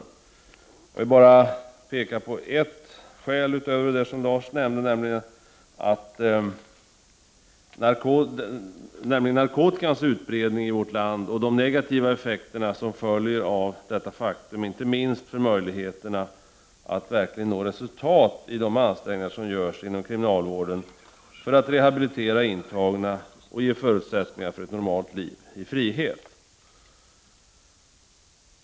Jag vill bara peka på ett skäl utöver det som Lars Sundin nämnde, nämligen narkotikans utbredning i vårt land och de negativa effekter som följer härav, inte minst för möjligheterna att verkligen uppnå resultat i de ansträngningar som görs inom kriminalvården för att rehabilitera intagna och ge förutsättningar för ett normalt liv i frihet.